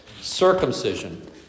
circumcision